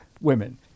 women